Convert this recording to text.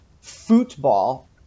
football